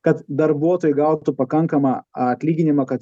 kad darbuotojai gautų pakankamą atlyginimą kad